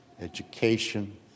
education